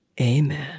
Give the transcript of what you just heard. Amen